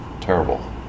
terrible